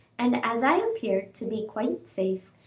and as i appeared to be quite safe,